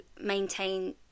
maintain